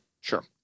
Sure